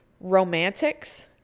romantics